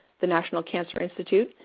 the national cancer institute,